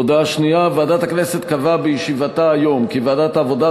הודעה שנייה: ועדת הכנסת קבעה בישיבתה היום כי ועדת העבודה,